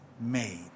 made